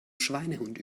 schweinehund